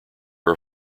are